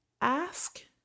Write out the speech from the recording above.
ask